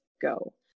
go